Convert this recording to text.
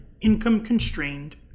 income-constrained